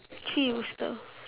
three rooster